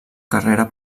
carrera